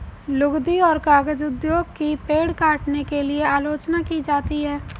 लुगदी और कागज उद्योग की पेड़ काटने के लिए आलोचना की जाती है